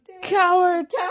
coward